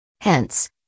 Hence